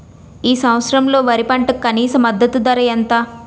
ఈ సంవత్సరంలో వరి పంటకు కనీస మద్దతు ధర ఎంత?